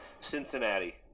Cincinnati